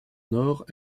nord